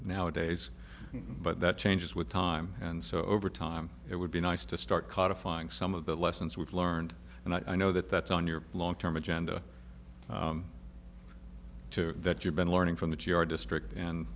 nowadays but that changes with time and so over time it would be nice to start codified some of the lessons we've learned and i know that that's on your long term agenda to that you've been learning from the g r district and